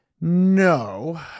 No